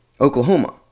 oklahoma